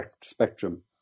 spectrum